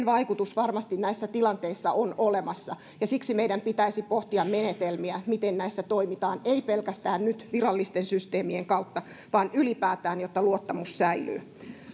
vaikutus varmasti näissä tilanteissa on olemassa ja siksi meidän pitäisi pohtia niitä menetelmiä miten näissä toimitaan ei pelkästään nyt virallisten systeemien kautta vaan ylipäätään jotta luottamus